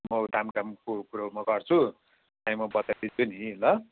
म दामकामको कुरो म गर्छु त्यहादेखि म बताइदिन्छु नि ल